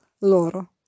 loro